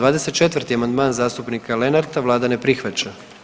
24. amandman zastupnika Lenarta, Vlada ne prihvaća.